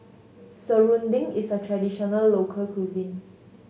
serunding is a traditional local cuisine